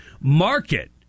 market